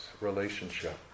relationship